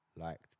liked